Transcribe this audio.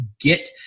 get